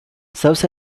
serves